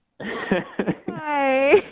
Hi